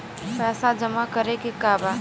पैसा जमा करे के बा?